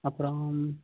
அப்புறம்